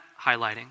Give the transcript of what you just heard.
highlighting